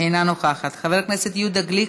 אינה נוכחת, חבר הכנסת יהודה גליק,